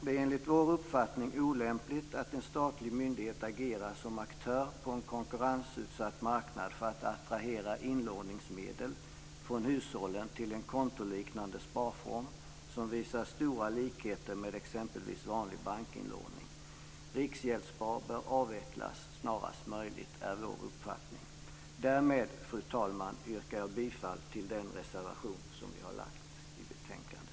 Det är enligt vår uppfattning olämpligt att en statlig myndighet agerar på en konkurrensutsatt marknad för att attrahera inlåningsmedel från hushållen till en kontoliknande sparform som visar stora likheter med exempelvis vanlig bankinlåning. Vår uppfattning är att Riksgäldsspar bör avvecklas snarast möjligt. Därmed, fru talman, yrkar jag bifall till den reservation som vi har fogat till betänkandet.